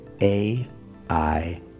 AI